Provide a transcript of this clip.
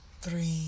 three